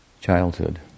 childhood